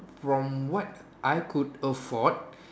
from what I could afford